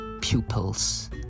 pupils